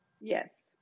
Yes